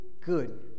good